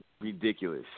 Ridiculous